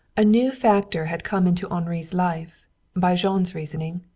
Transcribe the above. a new factor had come into henri's life by jean's reasoning,